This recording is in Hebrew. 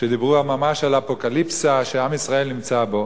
שדיברו ממש על אפוקליפסה שעם ישראל נמצא בה.